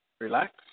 Relax